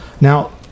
Now